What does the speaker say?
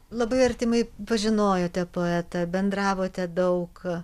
labai artimai pažinojote poetą bendravote daug